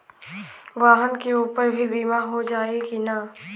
वाहन के ऊपर भी बीमा हो जाई की ना?